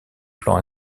plan